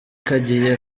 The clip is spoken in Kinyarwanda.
kagiye